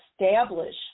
establish